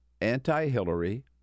anti-Hillary